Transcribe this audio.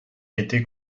été